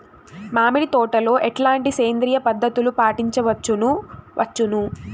మామిడి తోటలో ఎట్లాంటి సేంద్రియ పద్ధతులు పాటించవచ్చును వచ్చును?